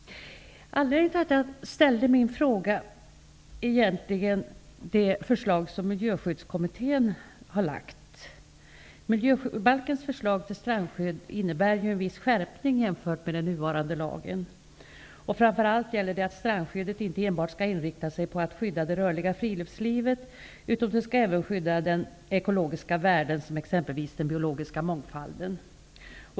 Anledningen till att jag ställde min fråga är egentligen det förslag som Miljöskyddskommittén har lagt fram. Förslaget till strandskydd i miljöbalken innebär en viss skärpning jämfört med den nuvarande lagen. Framför allt gäller det att strandskyddet inte enbart skall inriktas på ett skydd av det rörliga friluftslivet, utan det skall även gälla de ekologiska värdena, som exempelvis den biologiska mångfalden.